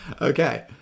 okay